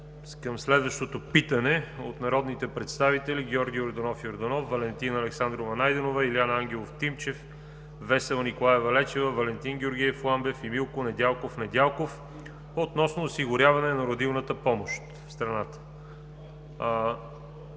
към следващото питане от народните представители Георги Йорданов Йорданов, Валентина Александрова Найденова, Илиан Ангелов Тимчев, Весела Николаева Лечева, Валентин Георгиев Ламбев и Милко Недялков Недялков относно осигуряване на родилната помощ в страната.